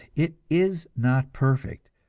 it is not perfect,